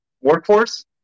workforce